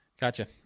Gotcha